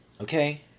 okay